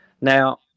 Now